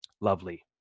Lovely